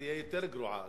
תהיה יותר גרועה,